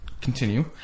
continue